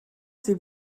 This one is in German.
sie